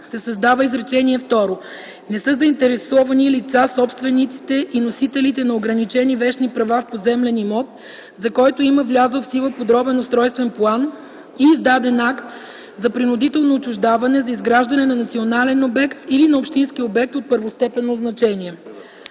се създава изречение второ: „Не са заинтересувани лица собствениците и носителите на ограничени вещни права в поземлен имот, за който има влязъл в сила подробен устройствен план и издаден акт за принудително отчуждаване за изграждане на национален обект или на общински обект от първостепенно значение.”.